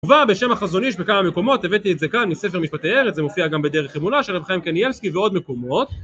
ומובא בשם החזון איש בכמה המקומות הבאתי את זה כאן מספר משפטי ארץ זה מופיע גם בדרך אמונה של רב חיים קנייבסקי ועוד מקומות,